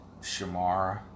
Shamara